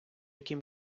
кім